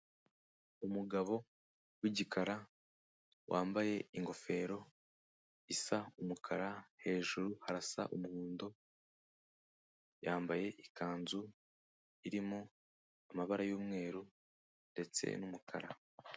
Umugabo wigikara wambaye ingofero isa umukara, hejuru harasa umuhondo yambaye ikanzu irimo amabara y'umweru ndetse n'umukara.